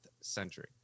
century